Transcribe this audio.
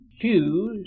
choose